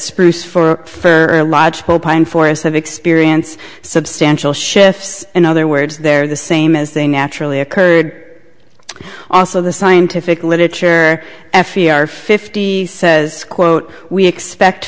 spruce for lodgepole pine forest have experience substantial shifts in other words they're the same as they naturally occurred also the scientific literature f e r fifty says quote we expect